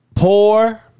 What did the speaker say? Poor